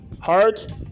Heart